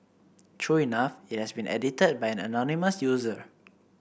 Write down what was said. true enough it has been edited by an anonymous user